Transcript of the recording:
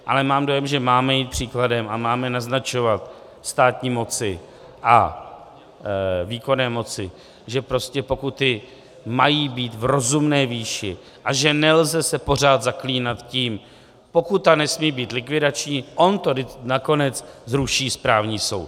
Ale mám dojem, že máme jít příkladem a máme naznačovat státní moci a výkonné moci, že prostě pokuty mají být v rozumné výši a že se nelze pořád zaklínat tím: pokuta nesmí být likvidační, on to nakonec zruší správní soud.